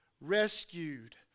Rescued